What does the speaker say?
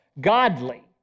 godly